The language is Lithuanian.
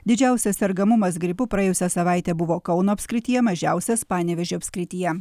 didžiausias sergamumas gripu praėjusią savaitę buvo kauno apskrityje mažiausias panevėžio apskrityje